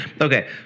okay